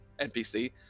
NPC